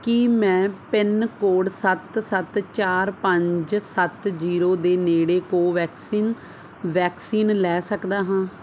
ਕੀ ਮੈਂ pin code ਸੱਤ ਸੱਤ ਚਾਰ ਪੰਜ ਸੱਤ ਜ਼ੀਰੋ ਦੇ ਨੇੜੇ ਕੋਵੈਕਸਿਨ ਵੈਕਸੀਨ ਲੈ ਸਕਦਾ ਹਾਂ